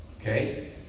Okay